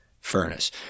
furnace